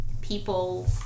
people